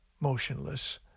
motionless